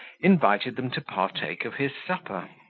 invited them to partake of his supper.